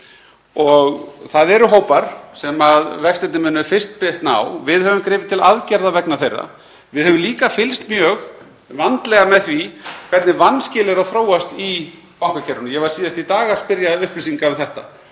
Það eru hópar sem vextirnir munu fyrst bitna á. Við höfum gripið til aðgerða vegna þeirra. Við höfum líka fylgst mjög vandlega með því hvernig vanskil eru að þróast í bankakerfinu. Ég var síðast í dag að spyrja um upplýsingar um þetta